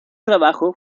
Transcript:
trabajo